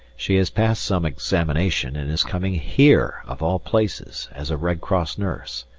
she has passed some examination, and is coming here of all places as a red cross nurse.